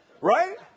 Right